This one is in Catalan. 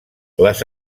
les